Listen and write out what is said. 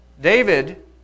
David